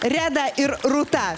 reda ir rūta